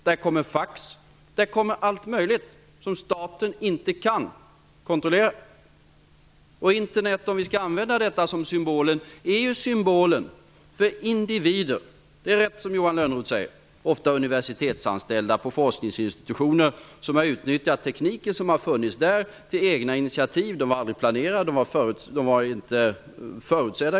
Där kommer Internet, fax och allt möjligt som staten inte kan kontrollera. Om vi skall använda Internet som ett exempel, är det symbolen för individen. Det är rätt som Johan Lönnroth säger. Det är universitetsanställda på forskningsinstitutioner som har utnyttjat den teknik som funnits där till egna initiativ. De var aldrig planerade, och egentligen aldrig förutsedda.